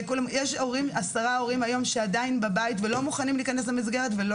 יש עשרה הורים היום שעדיין בבית ולא מוכנים להיכנס למסגרת ולא